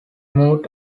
move